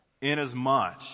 inasmuch